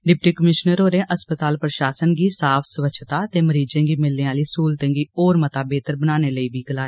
deputy commissioner होरें अस्पताल प्रषासन गी साफ स्वच्छता ते मरीजें गी मिलने आली सहूलतें गी होर मता बेह्तर बनाने लेई बी आक्खेआ